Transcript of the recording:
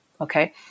Okay